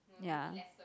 ya